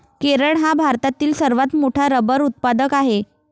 केरळ हा भारतातील सर्वात मोठा रबर उत्पादक आहे